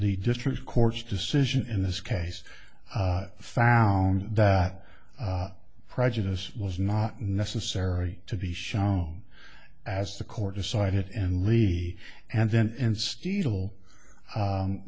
the district court's decision in this case found that prejudice was not necessarily to be shown as the court decided and levy and then and